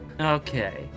Okay